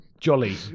jolly